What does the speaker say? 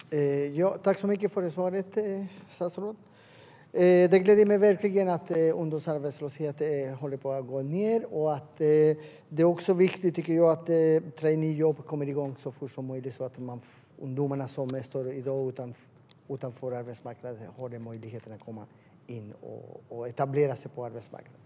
Herr talman! Tack så mycket för svaret, statsrådet! Det gläder mig verkligen att ungdomsarbetslösheten håller på att gå ned. Det är också viktigt att traineejobb kommer igång så fort som möjligt så att de ungdomar som i dag står utanför arbetsmarknaden har den möjligheten att komma in och etablera sig på arbetsmarknaden.